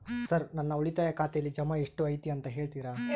Sir ನನ್ನ ಉಳಿತಾಯ ಖಾತೆಯಲ್ಲಿ ಜಮಾ ಎಷ್ಟು ಐತಿ ಅಂತ ಹೇಳ್ತೇರಾ?